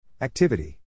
Activity